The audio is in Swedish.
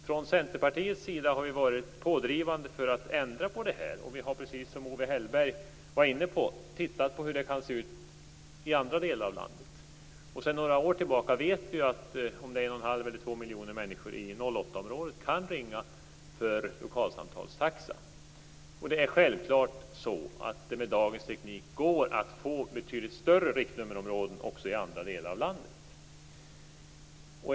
Vi i Centerpartiet har varit pådrivande för att ändra på detta. Vi har, precis som Owe Hellberg var inne på, tittat på hur det kan se ut i andra delar av landet. Sedan några år tillbaka vet vi ju att 1 1⁄2-2 miljoner människor i 08 området kan ringa för lokalsamtalstaxa. Med dagens teknik går det självfallet att få betydligt större riktnummerområden också i andra delar av landet.